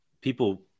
people